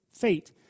fate